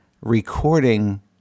recording